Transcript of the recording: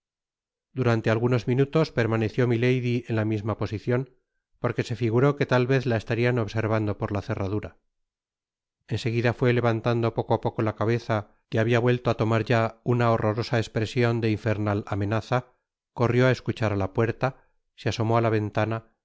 durante algunos minutos permaneció milady en la misma posicion porque se figuró que tal vez la estarían observando por la cerradura en seguida fué levantando poco á poco la cabeza que habia vuelto á tomar ya una horrorosa espresion de infernal amenaza corrió á escuchar á la puerta se asomó á la ventana